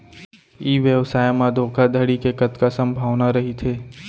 ई व्यवसाय म धोका धड़ी के कतका संभावना रहिथे?